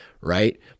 right